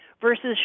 versus